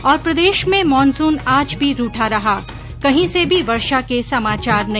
और प्रदेश में मानसून आज भी रूठा रहा कहीं से भी वर्षा के समाचार नहीं